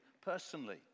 personally